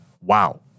Wow